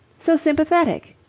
so sympathetic.